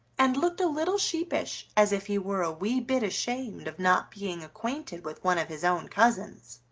and looked a little sheepish as if he were a wee bit ashamed of not being acquainted with one of his own cousins.